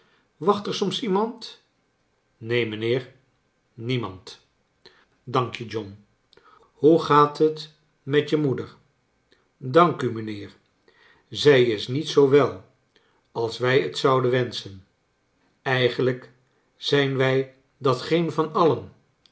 wacht er soms iernand neen mijnheer niemand dank je john hoe gaat het met je moeder dank u mijnheer zij is niet zoo wel als wij t zouden wenschen eigenlijk zijn wij dat geen van alien